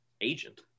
agent